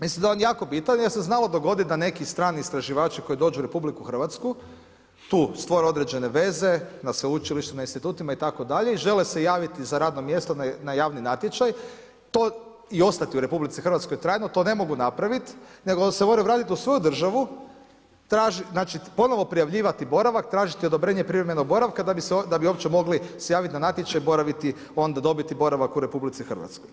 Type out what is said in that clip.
Mislim da je on jako bitan jer se znalo dogoditi da neki strani istraživački koji dođu u RH tu stvore određene veze na sveučilištima, institutima itd. i žele se javiti za radno mjesto na javni natječaj i ostati u RH trajno to ne mogu napraviti, nego se moraju vratiti u svoju državu, ponovno prijavljivati boravak, tražiti odobrenje privremenog boravka da bi uopće mogli se javiti na natječaj i onda dobiti boravak u RH.